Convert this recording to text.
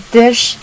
dish